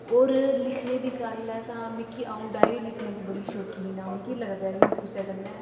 होर लिखने दी गल्ल ऐ तां मिगी अ'ऊं डायरी लिखने दी बड़ी शौकीन आं मिगी लगदा कि कुसै कन्नै